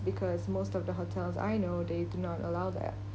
because most of the hotels I know they do not allow that